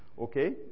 okay